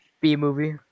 B-movie